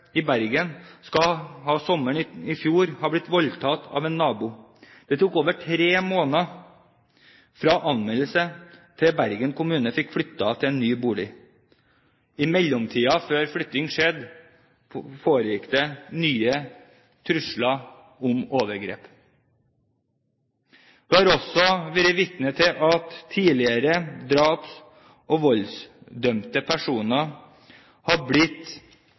i Bergen ble i fjor sommer voldtatt av en nabo. Det tok over tre måneder fra anmeldelse til Bergen kommune fikk flyttet henne til en ny bolig. I mellomtiden, før flytting skjedde, forekom det nye trusler om overgrep. Vi har også vært vitne til at tidligere draps- og voldsdømte personer har